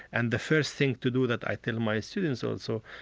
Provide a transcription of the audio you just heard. and the first thing to do that i tell my students, also,